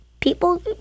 people